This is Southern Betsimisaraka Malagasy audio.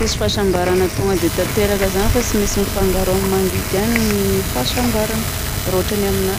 Tsisy fahasambarana tonga dia tanteraka zany fa tsy maintsy mifangaro amin'ny mangidy ihany ny fahasambarana raha ohatra ny aminahy.